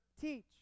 teach